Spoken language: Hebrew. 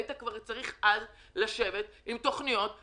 אז כבר אז היו צריכים לשבת ולבנות תוכניות,